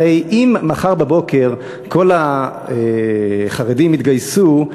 הרי אם מחר בבוקר כל החרדים יתגייסו,